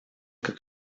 как